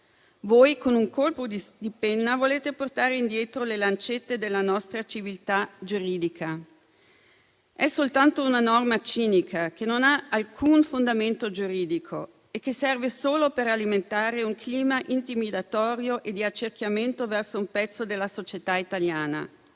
Voi, con un colpo di penna, volete portare indietro le lancette della nostra civiltà giuridica. È soltanto una norma cinica, che non ha alcun fondamento giuridico e che serve solo per alimentare un clima intimidatorio e di accerchiamento verso un pezzo della società italiana.